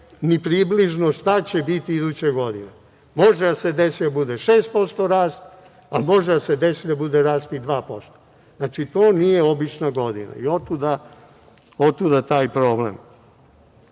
ni približno šta će biti iduće godine. Može da se desi da bude 6% rast, a može da se desi da bude rast i 2%. Znači, to nije obična godina i otuda taj problem. Oko